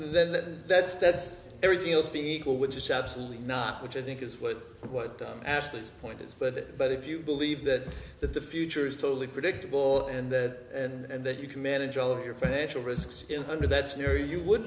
that that's that's everything else being equal which is absolutely not which i think is what what ass this point is but but if you believe that that the future is totally predictable and that and that you can manage all of your financial risks under that's there you would